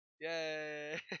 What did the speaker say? Yay